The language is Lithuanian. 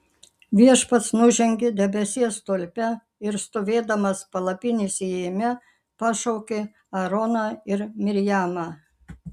viešpats nužengė debesies stulpe ir stovėdamas palapinės įėjime pašaukė aaroną ir mirjamą